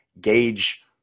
gauge